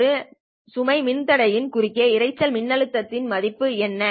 ஒரு சுமை மின்தடையில் குறுக்கே இரைச்சல் மின்னழுத்தத்தின் மதிப்பு என்ன